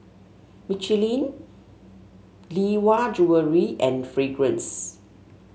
Michelin Lee Hwa Jewellery and Fragrance